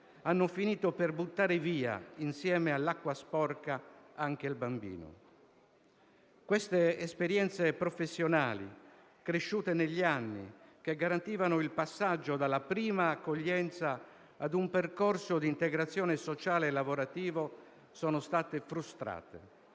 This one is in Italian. hanno finito per buttare via, insieme all'acqua sporca, anche il bambino. Queste esperienze professionali, cresciute negli anni, che garantivano il passaggio dalla prima accoglienza a un percorso di integrazione sociale e lavorativo sono state frustrate.